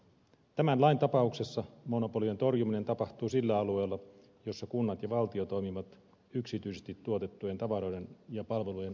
tämän lain tapauksessa monopolien torjuminen tapahtuu sillä alueella jolla kunnat ja valtio toimivat yksityisesti tuotettujen tavaroiden ja palvelujen ostajina